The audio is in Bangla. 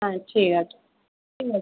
হ্যাঁ ঠিক আছে ঠিক আছে